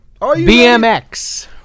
BMX